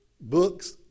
Books